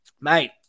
mate